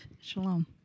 Shalom